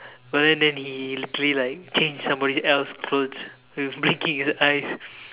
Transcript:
but then then he he literally like changed somebody else's clothes with blinking his eyes